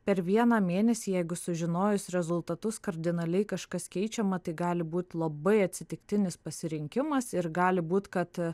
per vieną mėnesį jeigu sužinojus rezultatus kardinaliai kažkas keičiama tai gali būti labai atsitiktinis pasirinkimas ir gali būt kad